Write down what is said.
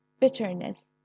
bitterness